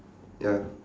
ya